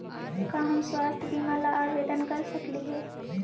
का हम स्वास्थ्य बीमा ला आवेदन कर सकली हे?